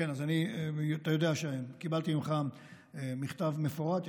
אתה יודע שקיבלתי ממך מכתב מפורט.